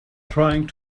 trying